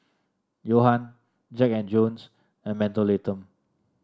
Jack And Jones and Mentholatum